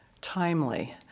timely